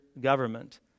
government